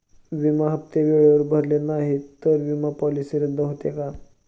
विमा हप्ते वेळेवर भरले नाहीत, तर विमा पॉलिसी रद्द होते का?